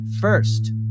First